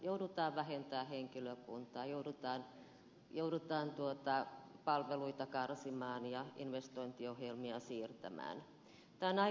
joudutaan vähentämään henkilökuntaa joudutaan palveluita karsimaan ja investointiohjelmia siirtämään